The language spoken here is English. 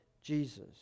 Jesus